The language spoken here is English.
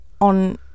on